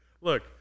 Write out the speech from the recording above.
Look